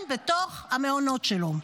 כן, בתוך המעונות שלו.